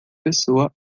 pessoa